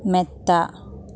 മെത്ത